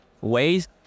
ways